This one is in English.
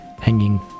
hanging